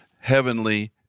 heavenly